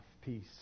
peace